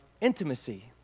intimacy